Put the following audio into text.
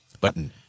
button